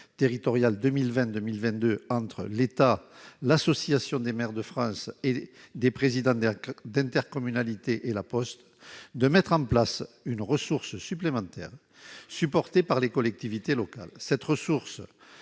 territoriale 2020-2022 entre l'État, l'Association des maires de France et des présidents d'intercommunalité et La Poste, d'instaurer une ressource supplémentaire supportée par les collectivités locales. Cette ressource